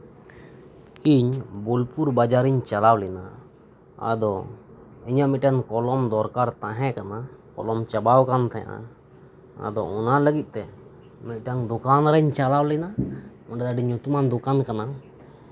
ᱤᱧ ᱵᱳᱞᱯᱩᱨ ᱵᱟᱡᱟᱨᱤᱧ ᱪᱟᱞᱟᱣ ᱞᱮᱱᱟ ᱟᱫᱚ ᱤᱧᱟᱹᱜ ᱢᱤᱫᱴᱟᱱ ᱠᱚᱞᱚᱢ ᱫᱚᱨᱠᱟᱨ ᱛᱟᱦᱮᱸ ᱠᱟᱱᱟ ᱠᱚᱞᱚᱢ ᱪᱟᱵᱟ ᱟᱠᱟᱱ ᱛᱟᱦᱮᱱᱟ ᱟᱫᱚ ᱚᱱᱟ ᱞᱟᱹᱜᱤᱫ ᱛᱮ ᱢᱤᱫ ᱴᱮᱱ ᱫᱚᱠᱟᱱ ᱨᱤᱧ ᱪᱟᱞᱟᱣ ᱞᱮᱱᱟ ᱚᱸᱰᱮ ᱫᱚ ᱧᱩᱛᱩᱢᱟᱱ ᱫᱚᱠᱟᱱ ᱠᱟᱱᱟ